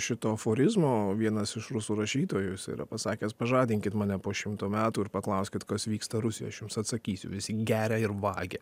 šito aforizmo vienas iš rusų rašytojų jis yra pasakęs pažadinkit mane po šimto metų ir paklauskit kas vyksta rusijoj aš jums atsakysiu visi geria ir vagia